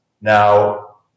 now